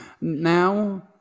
now